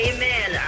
Amen